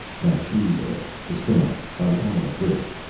that tree there. the stump. by the pile of bricks.